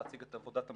להציג את עבודת המשרד,